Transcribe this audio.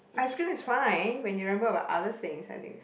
ice cream is fine when you remember about things at least